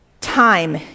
time